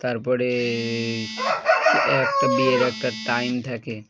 তারপরে একটা বিয়ের একটা টাইম থাকে